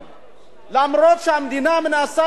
אף שהמדינה מנסה לסייע להם.